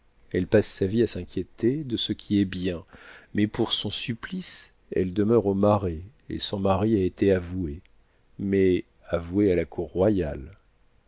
elle passe sa vie à s'inquiéter de ce qui est bien mais pour son supplice elle demeure au marais et son mari a été avoué mais avoué à la cour royale